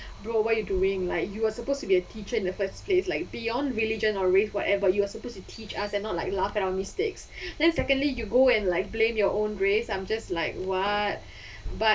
bro what you doing like you are supposed to be a teacher in the first place like beyond religion or race whatever you are supposed to teach us and not like laugh at our mistakes then secondly you go and like blame your own race I'm just like what but